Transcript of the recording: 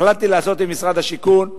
החלטתי לעשות עם משרד השיכון,